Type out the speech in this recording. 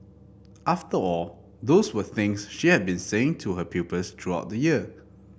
after all those were things she had been saying to her pupils throughout the year